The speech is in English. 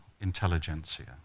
intelligentsia